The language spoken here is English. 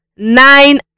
nine